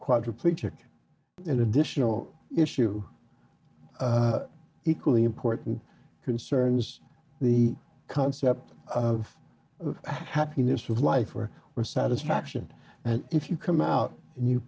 quadriplegic in additional issue equally important concerns the concept of happiness with life or where satisfaction and if you come out and you